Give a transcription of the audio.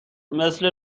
مثل